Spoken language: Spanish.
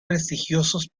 prestigiosos